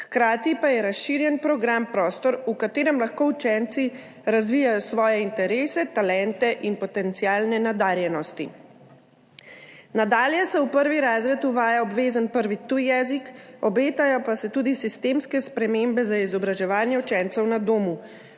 hkrati pa je razširjen program prostor, v katerem lahko učenci razvijajo svoje interese, talente in potencialne nadarjenosti. Nadalje se v prvi razred uvaja obvezen prvi tuji jezik, obetajo pa se tudi sistemske spremembe za izobraževanje učencev na domu.